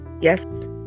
Yes